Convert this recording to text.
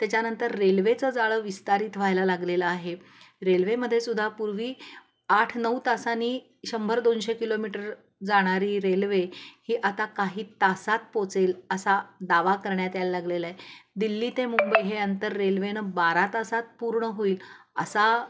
त्याच्यानंतर रेल्वेचं जाळं विस्तारित व्हायला लागलेला आहे रेल्वेमध्येेसुधा पूर्वी आठ नऊ ताासांनी शंभर दोनशे किलोमीटर जाणारी रेल्वे ही आता काही तासात पोचेल असा दावा करण्यात यायला लागलेलाय दिल्ली ते मुंबई हे अंतर रेल्वेनं बारा तासात पूर्ण होईल असा